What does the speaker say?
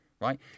right